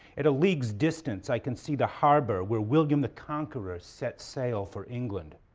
at a league's distance i can see the harbor where william the conqueror set sail for england.